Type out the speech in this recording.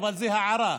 אבל זאת הערה.